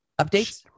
updates